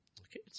Okay